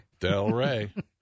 Delray